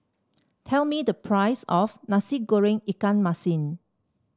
tell me the price of Nasi Goreng Ikan Masin